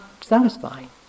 satisfying